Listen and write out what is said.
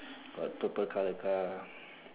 got purple colour car